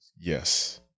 Yes